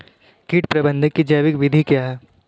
कीट प्रबंधक की जैविक विधि क्या है?